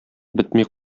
бетми